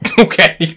Okay